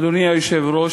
אדוני היושב-ראש,